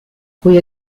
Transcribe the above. cui